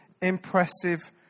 impressive